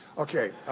okay.